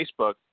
Facebook